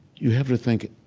you have to think